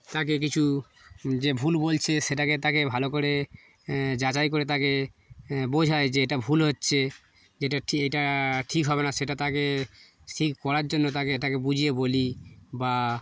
তাকে কিছু যে ভুল বলছে সেটাকে তাকে ভালো করে যাচাই করে তাকে বোঝাই যে এটা ভুল হচ্ছে যে এটা ঠিক এটা ঠিক হবে না সেটা তাকে ঠিক করার জন্য তাকে তাকে বুঝিয়ে বলি বা